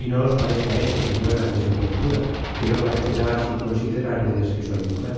y no os parezca esto señoras desenvoltura que no parecerá si consideráredes que soy mujer